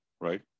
right